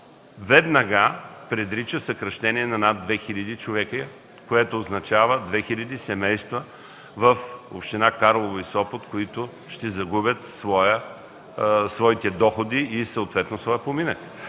веднага предрича съкращение на над 2 хил. човека, което означава 2 хил. семейства в общини Карлово и Сопот да загубят своите доходи и съответно своя поминък.